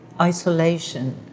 Isolation